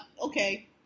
okay